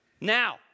Now